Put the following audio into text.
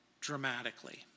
dramatically